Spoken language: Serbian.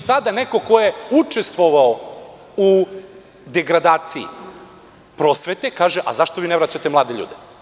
Sada neko ko je učestvovao u degradaciji prosvete kaže – zašto ne vraćate mlade ljude?